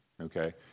okay